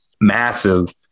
massive